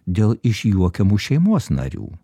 dėl išjuokiamų šeimos narių